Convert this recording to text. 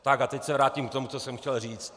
Tak a teď se vrátím k tomu, co jsem chtěl říct.